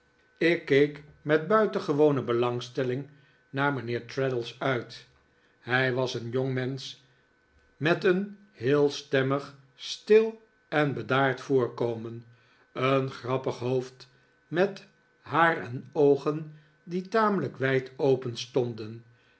ik keek met buitengewone belangstelling naar mijnheer traddles uit hij was een jongmensch met een heel stemmig stil en bedaard vborkomen een grappig hoofd met haar en oogen die tamelijk wijd openstonden